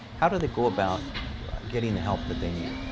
how do they go about getting the help that they need?